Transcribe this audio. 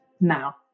now